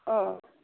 औ